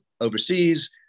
overseas